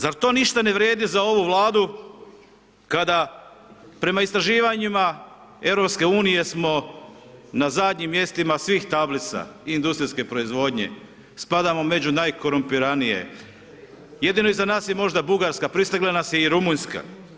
Zar to ništa ne vrijedi za ovu Vladu kada prema istraživanjima EU smo na zadnjim mjestima svih tablica industrijske proizvodnje, spadamo među najkorumpiranije, jedino iza nas je možda Bugarska, prestigla nas je i Rumunjska.